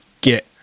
get